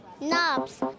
knobs